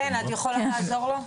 חן, את יכולה לעזור לו?